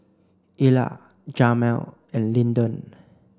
Ila Jamel and Lyndon